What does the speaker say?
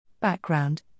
Background